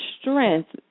strength